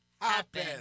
Happen